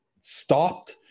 stopped